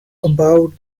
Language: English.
about